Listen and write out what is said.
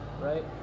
right